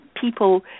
people